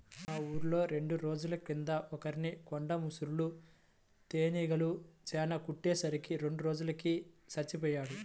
మా ఊర్లో రెండు రోజుల కింద ఒకర్ని కొండ ముసురు తేనీగలు చానా కుట్టే సరికి రెండో రోజుకి చచ్చిపొయ్యాడు